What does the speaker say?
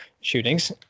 shootings